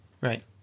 Right